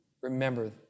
remember